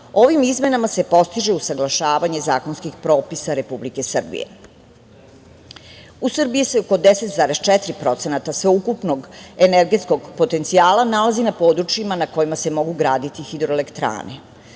ovim izmenama se postižu usaglašavanje zakonskih propisa Republike Srbije.U Srbiji se oko 10,4% sveukupnog energetskog potencijala nalazi na područjima na kojima se mogu graditi hidroelektrane.